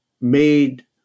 made